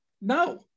no